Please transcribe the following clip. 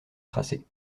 tracée